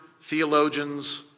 theologians